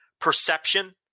Perception